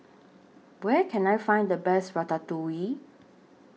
Where Can I Find The Best Ratatouille